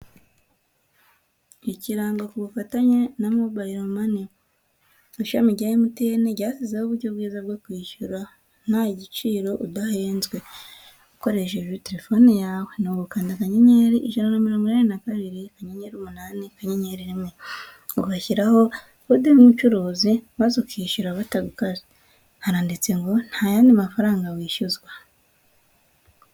Ikirango ku bufatanye na mobile money ishami rya MTN, ryashyizweho uburyo bwiza bwo kwishyura nta giciro udahenzwe ukoresheje telefoni yawe, ni ugukanda akanyenyeri ijana na mirongo inani na kabiri, akanyenyeri umunani, akanyenyeri rimwe ugashyiraho kode y'umucuruzi, maze ukishyura batagukase, haranditse ngo nta yandi mafaranga wishyuzwa.